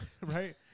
Right